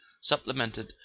supplemented